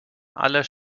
aller